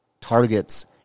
targets